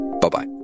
Bye-bye